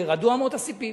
ירעדו אמות הספים.